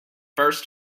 burst